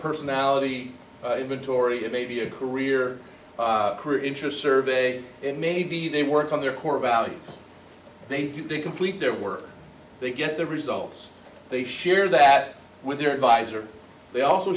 personality inventory of maybe a career career interest survey and maybe they work on their core values they do to complete their work they get their results they share that with their advisor they also